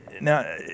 Now